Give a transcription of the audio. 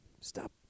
Stop